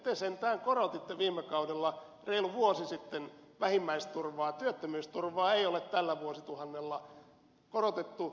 te sentään korotitte viime kaudella reilu vuosi sitten vähimmäisturvaa työttömyysturvaa ei ole tällä vuosituhannella korotettu